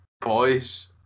boys